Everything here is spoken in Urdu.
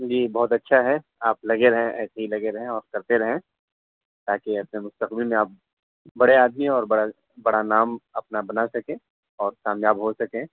جی بہت اچھا ہے آپ لگے رہیں ایسے ہی لگے رہیں اور کرتے رہیں تاکہ اپنے مستقبل میں آپ بڑے آدمی اور بڑا بڑا نام اپنا بنا سکیں اور کامیاب ہو سکیں